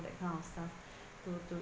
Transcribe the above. that kind of stuff to to